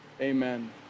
amen